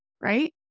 right